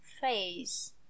face